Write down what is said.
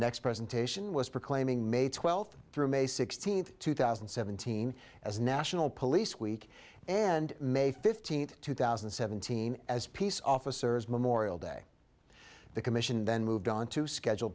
next presentation was proclaiming may twelfth through may sixteenth two thousand and seventeen as national police week and may fifteenth two thousand and seventeen as peace officers memorial day the commission then moved on to schedule